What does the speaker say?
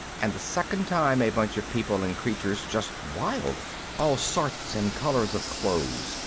and the second time a bunch of people and creatures just wild all sorts and colors of clothes,